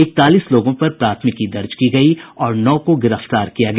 इकतालीस लोगों पर प्राथमिकी दर्ज की गयी और नौ को गिरफ्तार किया गया